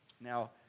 Now